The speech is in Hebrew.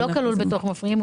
הוא לא כלול בתוך מבקיעים.